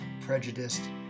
prejudiced